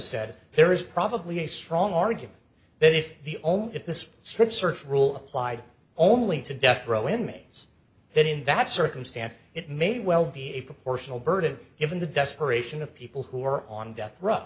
said there is probably a strong argument that if the only if this strip search rule applied only to death row inmates that in that circumstance it may well be a proportional burden given the desperation of people who are on death row